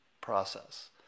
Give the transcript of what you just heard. process